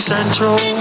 Central